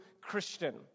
christian